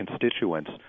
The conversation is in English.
constituents